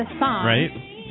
Right